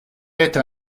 être